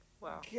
Wow